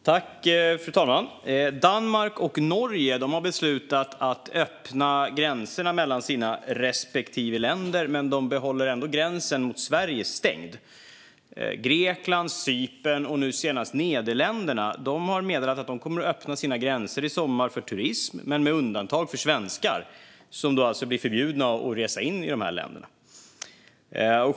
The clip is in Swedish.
Fru talman! Danmark och Norge har beslutat att öppna gränserna mellan sina respektive länder, men de behåller ändå gränsen mot Sverige stängd. Grekland, Cypern och nu senast Nederländerna har meddelat att de i sommar kommer att öppna sina gränser för turister med undantag för svenskar, som alltså blir förbjudna att resa in i dessa länder.